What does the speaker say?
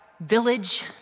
village